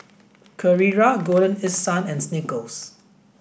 Carrera Golden East Sun and Snickers